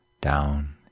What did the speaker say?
down